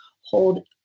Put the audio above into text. hold